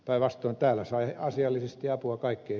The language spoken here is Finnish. päinvastoin täällä sai asiallisesti apua kaikkeen